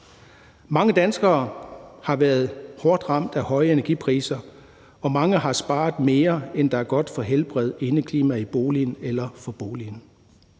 Mange danskere har været hårdt ramt af høje energipriser, og mange har sparet mere, end hvad der er godt for helbredet, indeklimaet i boligen eller for boligen.